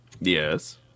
yes